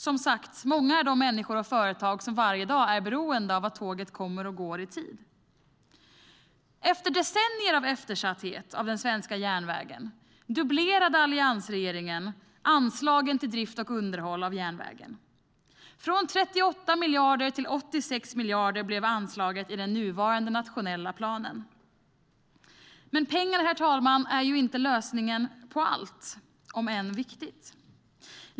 Som sagt: Många är de människor och företag som varje dag är beroende av att tågen kommer och går i tid. Efter decennier av eftersatthet av den svenska järnvägen dubblerade alliansregeringen anslagen till drift och underhåll av järnvägen. Från 38 miljarder till 86 miljarder blev anslaget i den nuvarande nationella planen. Men pengar är ju inte lösningen på allt, även om det är viktigt.